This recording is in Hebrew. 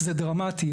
זה דרמטי.